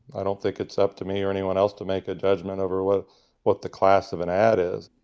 i don't think it's up to me or anyone else to make a judgement over what what the class of an ad is?